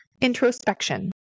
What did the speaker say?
introspection